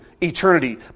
eternity